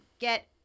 get